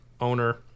owner